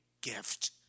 gift